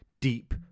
deep